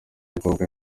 mukobwa